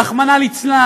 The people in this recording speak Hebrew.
רחמנא ליצלן,